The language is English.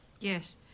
Yes